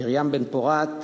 מרים בן-פורת,